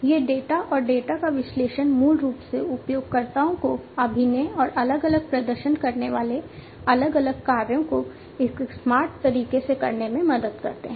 ये डेटा और डेटा का विश्लेषण मूल रूप से उपयोगकर्ताओं को अभिनय और अलग अलग प्रदर्शन करने वाले अलग अलग कार्यों को एक स्मार्ट तरीके से करने में मदद करते हैं